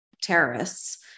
terrorists